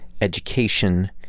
education